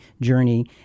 journey